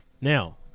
Now